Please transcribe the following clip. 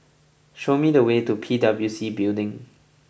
show me the way to P W C Building